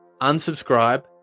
unsubscribe